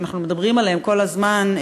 שאנחנו מדברים עליהם כל הזמן,